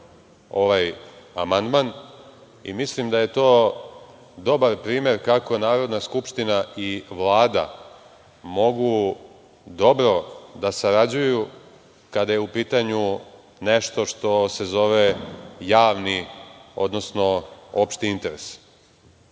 ovaj amandman i mislim da je to dobar primer kako Narodna skupština i Vlada mogu dobro da sarađuju kada je u pitanju nešto što se zove javni, odnosno opšti interes. Želim